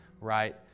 right